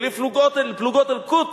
"ול'פלוגות אלקודס',